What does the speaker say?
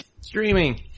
Streaming